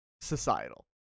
Societal